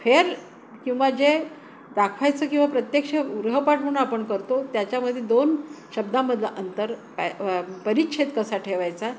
fair किंवा जे दाखवायचं किंवा प्रत्यक्ष गृहपाठ म्हणून आपण करतो त्याच्यामध्ये दोन शब्दांमधल अंतर परिच्छेद कसा ठेवायचा